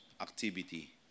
activity